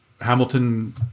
Hamilton